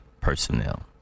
personnel